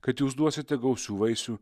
kad jūs duosite gausių vaisių